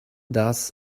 does